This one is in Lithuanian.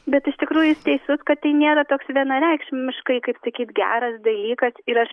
bet iš tikrųjų jis teisus kad nėra toks vienareikšmiškai kaip sakyt geras dalykas ir aš